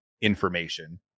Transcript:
information